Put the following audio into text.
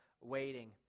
waiting